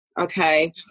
Okay